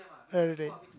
everyday